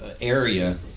area